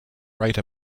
write